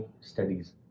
studies